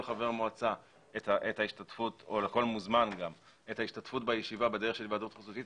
חברי המועצה או לכל מוזמן את ההשתתפות בישיבה בדרך של היוועדות חזותית,